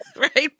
Right